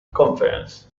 conference